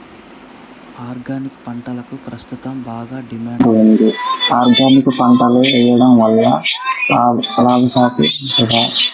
Organic పంటలకు ప్రస్తుతం బాగా డిమాండ్ ఉంది ఆర్గానిక్ పంటలు వేయడం వల్ల లాభసాటి ఉంటుందా?